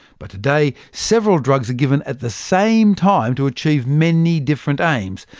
but today, several drugs are given at the same time to achieve many different aims.